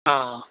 ஆ ஆ